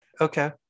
okay